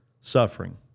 suffering